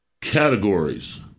categories